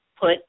put